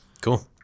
cool